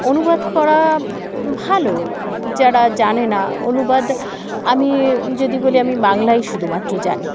অনুবাদ করা ভালো যারা জানে না অনুবাদ আমি যদি বলি আমি বাংলাই শুধুমাত্র জানি